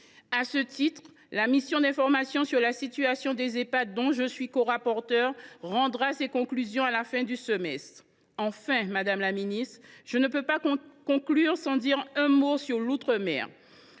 À ce titre, la mission de contrôle sur la situation des Ehpad, dont je suis corapporteure, rendra ses conclusions à la fin du semestre. Enfin, madame la ministre, comment conclure sans dire un mot sur l’outre mer